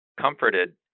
comforted